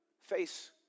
Face